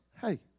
hey